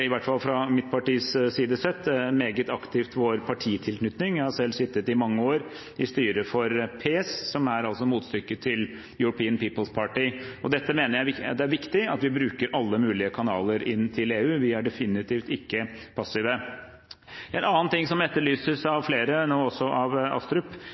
i hvert fall sett fra mitt partis side – meget aktivt vår partitilknytning. Jeg har selv sittet i mange år i styret for PES, The Party of European Socialists, som altså er motstykket til European People's Party. Jeg mener det er viktig at vi bruker alle mulige kanaler inn til EU. Vi er definitivt ikke passive. En annen ting som etterlyses av flere – nå også av representanten Astrup